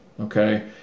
okay